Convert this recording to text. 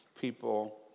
people